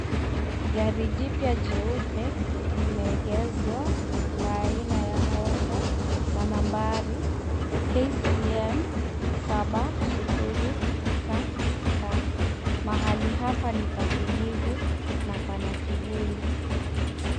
Gari jipya jeupe limeegezwa la aina ya Honda na nambari KCM 709 K. Mahali hapa ni patulivu na pana kivuli.